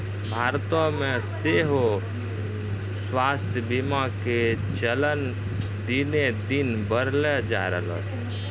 भारतो मे सेहो स्वास्थ्य बीमा के चलन दिने दिन बढ़ले जाय रहलो छै